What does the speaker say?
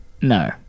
No